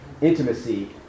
intimacy